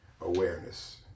awareness